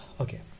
Okay